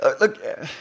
Look